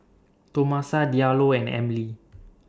Tomasa Diallo and Emily